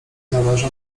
zależy